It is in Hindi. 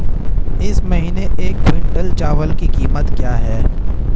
इस महीने एक क्विंटल चावल की क्या कीमत है?